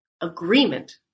agreement